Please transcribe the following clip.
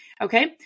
okay